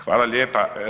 Hvala lijepa.